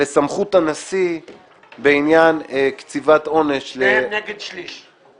-- לסמכות הנשיא בעניין קציבת עונש -- שניהם נגד שליש.